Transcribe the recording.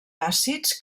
àcids